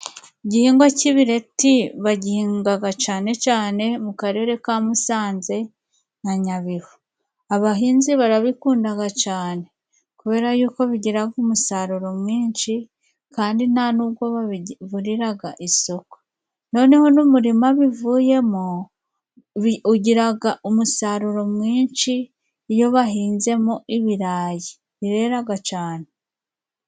Igihingwa c'ibireti bagihingaha cane cane mu karere ka Musanze na Nyabihu. Abahinzi barabikundaga cane kubera y'uko bigiraga umusaruro mwinshi Kandi ntanubwo babiburiraga isoko ,noneho n'umurima bivuyemo ugiraga umusaruro mwinshi iyo bahinzemo ibirayi bireraga cane.